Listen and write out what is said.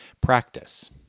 Practice